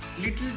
little